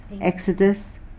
Exodus